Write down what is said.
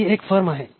ही येथे फर्म आहे